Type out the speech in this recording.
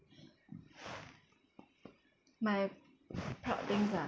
my proud things ah